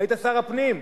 היית שר הפנים,